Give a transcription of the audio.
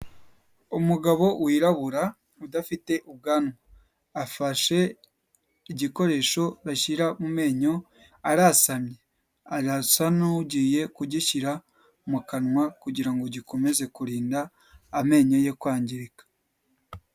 Umugabo wirabura udafite ubwanwa, afashe igikoresho bashyira mu menyo arasamye, arasa n'ugiye kugishyira mu kanwa kugira ngo gikomeze kurinda amenyo ye kwangirika.